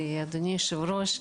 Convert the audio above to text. לאדוני היו"ר.